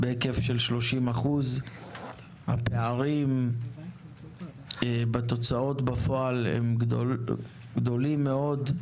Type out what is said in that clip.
בהיקף של 30%. הפערים בתוצאות בפועל הם גדולים מאוד.